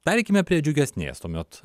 pereikime prie džiugesnės tuomet